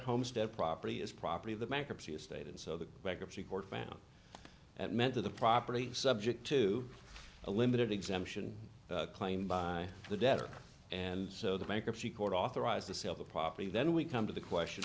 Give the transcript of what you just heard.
homestead property is property of the bankruptcy estate and so the bankruptcy court found that meant that the property subject to a limited exemption claimed by the debtor and so the bankruptcy court authorized to sell the property then we come to the question